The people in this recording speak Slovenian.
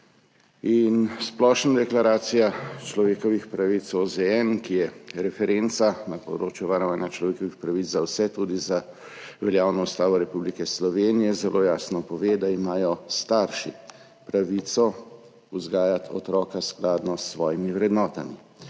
in splošna deklaracija človekovih pravic OZN, ki je referenca na področju varovanja človekovih pravic za vse, tudi za veljavno Ustavo Republike Slovenije, ki zelo jasno pove, da imajo starši pravico vzgajati otroka skladno s svojimi vrednotami.